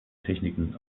techniken